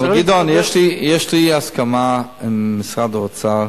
אבל, גדעון, יש לי הסכמה עם משרד האוצר,